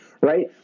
right